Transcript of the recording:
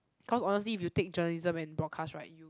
cause honestly if you take journalism and broadcast right you